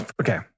okay